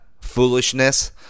foolishness